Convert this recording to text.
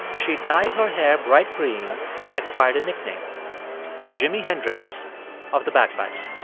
she dyed her hair bright green and acquired a nickname the jimi hendrix of the bagpipes